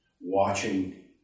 watching